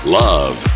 love